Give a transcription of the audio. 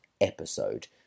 episode